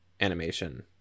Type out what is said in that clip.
animation